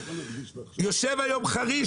יושב היום חריש,